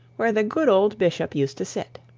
where the good old bishop used to sit.